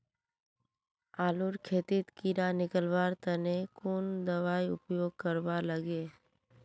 आलूर खेतीत कीड़ा निकलवार तने कुन दबाई उपयोग करवा लगे?